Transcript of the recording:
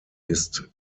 ist